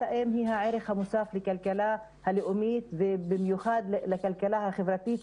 האם היא הערך המוסף לכלכלה הלאומית ובמיוחד לכלכלה החברתית.